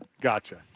Gotcha